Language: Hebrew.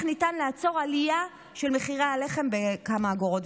ניתן לעצור עלייה של מחירי הלחם בכמה אגורות.